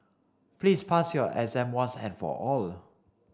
please pass your exam once and for all